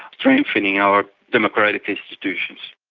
strengthening our democratic institutions.